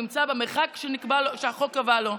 נמצא במרחק שהחוק קבע לו.